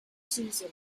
season